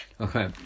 Okay